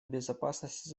безопасности